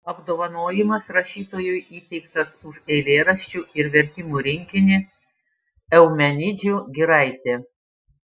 apdovanojimas rašytojui įteiktas už eilėraščių ir vertimų rinkinį eumenidžių giraitė